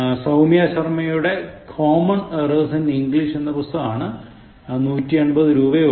സൌമ്യ ശർമയുടെ Common Errors in English എന്ന പുസ്തകമാണ് നൂറ്റി എൺപത് രൂപയെ ഉള്ളു